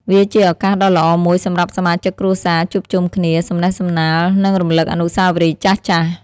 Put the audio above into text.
វាជាឱកាសដ៏ល្អមួយសម្រាប់សមាជិកគ្រួសារជួបជុំគ្នា សំណេះសំណាល និងរំលឹកអនុស្សាវរីយ៍ចាស់ៗ។